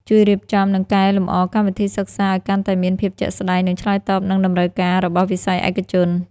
ជួយរៀបចំ និងកែលម្អកម្មវិធីសិក្សាឲ្យកាន់តែមានភាពជាក់ស្តែង និងឆ្លើយតបនឹងតម្រូវការរបស់វិស័យឯកជន។